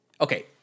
okay